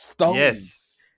Yes